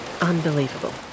unbelievable